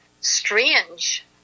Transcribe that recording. strange